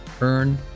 Earn